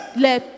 Les